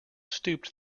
stooped